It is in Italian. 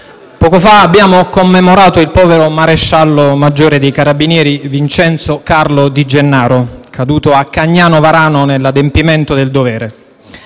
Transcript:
poco fa abbiamo commemorato il povero maresciallo maggiore dei carabinieri Vincenzo Carlo Di Gennaro, caduto a Cagnano Varano nell'adempimento del dovere.